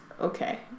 Okay